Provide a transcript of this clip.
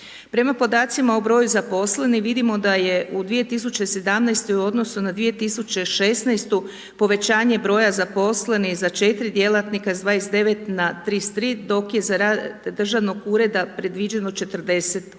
Prema podacima o broju zaposlenih vidimo da je u 2017. u odnosu na 2016. povećanje broja zaposlenih za 4 djelatnika s 29 na 33, dok je za rad državnog ureda predviđeno 48